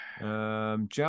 John